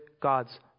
God's